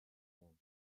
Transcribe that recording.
one